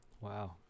Wow